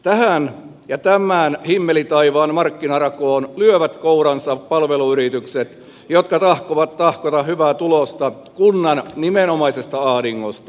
tähän ja tämän himmelitaivaan markkinarakoon lyövät kouransa palveluyritykset jotka tahtovat tahkota hyvää tulosta kunnan nimenomaisesta ahdingosta